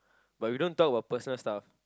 but we don't talk about personal stuff